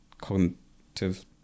cognitive